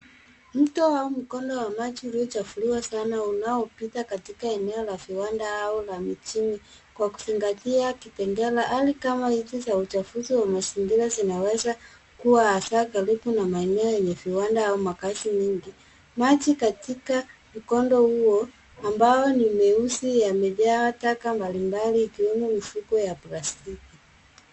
Mto au mkondo wa maji ulichofuliwa sana unaopita katika eneo la viwanda au la mijini, kwa kuzingatia kipengela. Hali kama hizi za uchafuzi wa mazingira zinaweza kuwa hasa karibu na maeneo yenye viwanda au makazi mingi. Maji katika mkondo huo ambao ni meusi yamejaa taka mbalimbali, ikiwemo mifuko ya plastiki.